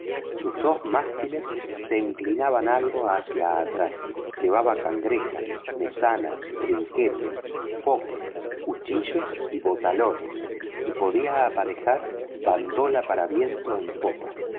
sus dos mástiles se inclinaban algo hacia atrás llevaba cangreja mesana trinquete foques cuchillos y botalones y podía aparejar bandola para tiempo en popa